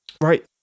Right